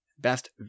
Best